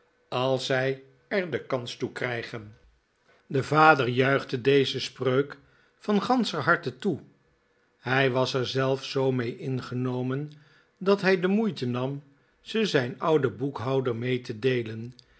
als zij er de kans toe krijgen de vader jui elite deze spreuk van gam scher harte toe hij was er zelf s zoo mee ingenomen dat hij de moeite nam ze zijn ouden boekhouder mee te deelen